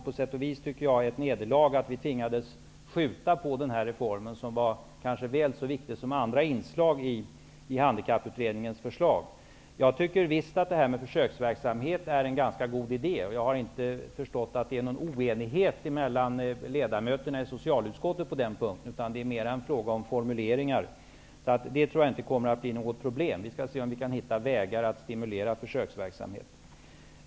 På sätt och vis var det ett nederlag att vi tvingades skjuta på den här reformen, som kanske var väl så viktig som andra inslag i Handikapputredningens förslag. Jag tycker visst att förslaget om försöksverksamhet är en ganska god idé. Jag har inte förstått att det råder någon oenighet mellan ledamöterna i socialutskottet på den punkten. Det är nog mera en fråga om formuleringar. Jag tror inte att detta kommer att bli ett problem. Vi skall se om vi kan finna vägar för att stimulera en försöksverksamhet.